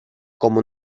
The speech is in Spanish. como